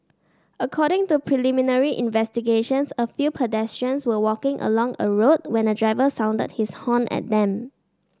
according to preliminary investigations a few pedestrians were walking along a road when a driver sounded his horn at them